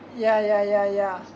ya ya ya ya